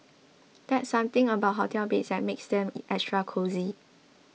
there's something about hotel beds that makes them extra cosy